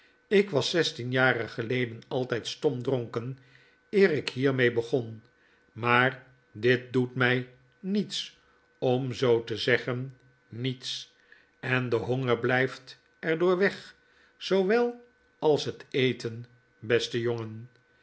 ik was zestien jaren geleden altyd stomdronken eer ik hiermee begon maar dit doet mij niets om zoo te zeggen niets en de honger blijft er door weg zoowel als het eten beste jongen